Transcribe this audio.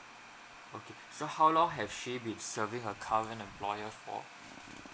okay so how long have she been serving her current employer for